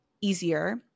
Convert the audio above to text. easier